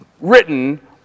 written